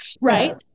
Right